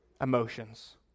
emotions